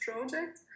project